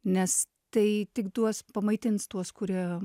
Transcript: nes tai tik duos pamaitins tuos kuriem